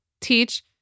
teach